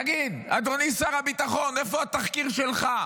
תגיד, אדוני שר הביטחון, איפה התחקיר שלך?